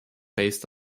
based